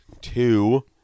Two